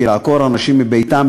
כי לעקור אנשים מביתם,